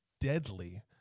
deadly